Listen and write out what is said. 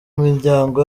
miryango